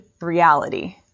reality